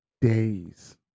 days